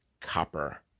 Copper